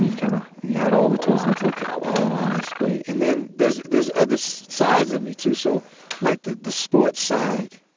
and kind of he had all the tools in the toolkit. oh, man, it's great. and there's there's other sides of me, too. so like the the sports side,